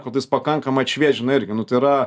kad jis pakankamai atšviežina irgi nu tai yra